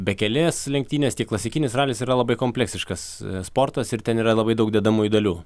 bekelės lenktynės tiek klasikinis ralis yra labai kompleksiškas sportas ir ten yra labai daug dedamųjų dalių